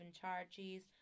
charges